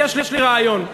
יש לי רעיון,